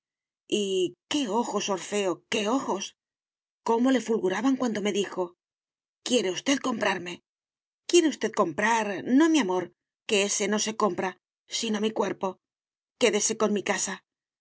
qué ojos orfeo qué ojos cómo le fulguraban cuando me dijo quiere usted comprarme quiere usted comprar no mi amor que ése no se compra sino mi cuerpo quédese con mi casa